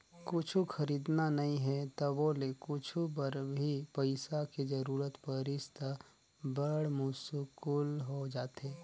कुछु खरीदना नइ हे तभो ले कुछु बर भी पइसा के जरूरत परिस त बड़ मुस्कुल हो जाथे